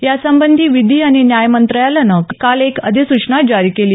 यासंबंधी विधी आणि न्याय मंत्रालयानं काल एक अधिसूचना जारी केली